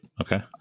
Okay